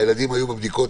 הילדים היו בבדיקות,